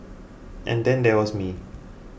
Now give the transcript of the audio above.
and then there was me